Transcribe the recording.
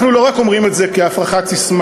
אנחנו לא רק אומרים את זה, כהפרחת ססמה.